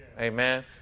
Amen